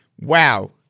wow